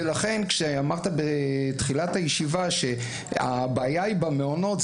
ולכן כשאמרת בתחילת הישיבה שהבעיה היא במעונות,